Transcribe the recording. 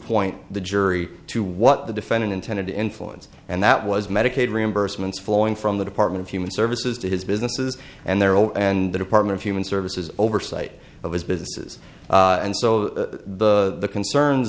point the jury to what the defendant intended to influence and that was medicaid reimbursements flowing from the department of human services to his businesses and their own and the department of human services oversight of his businesses and so the concerns